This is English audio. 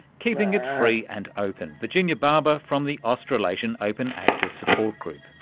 keeping it free and open, virginia barbour from the australasian open access support group.